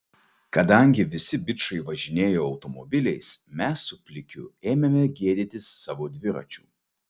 kadangi visi bičai važinėjo automobiliais mes su plikiu ėmėme gėdytis savo dviračių